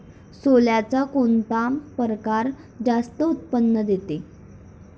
सोल्याचा कोनता परकार जास्त उत्पन्न देते?